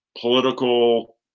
political